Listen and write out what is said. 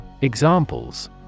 Examples